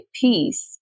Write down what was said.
peace